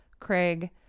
Craig